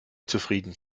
zufrieden